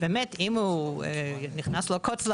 באמת אם נכנס לו קוץ לאצבע,